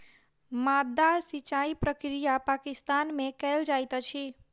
माद्दा सिचाई प्रक्रिया पाकिस्तान में कयल जाइत अछि